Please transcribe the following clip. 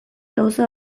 gauza